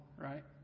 right